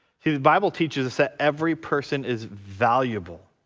the bible teaches us that every person is valuable